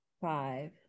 five